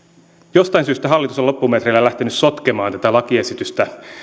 jostain syystä hallitus on loppumetreillä lähtenyt sotkemaan tätä lakiesitystä